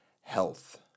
health